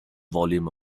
volume